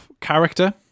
character